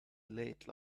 late